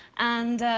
and,